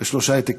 בשלושה העתקים.